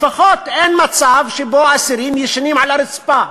לפחות אין מצב שאסירים ישנים על הרצפה,